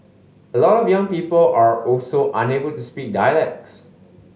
a lot of young people are also unable to speak dialects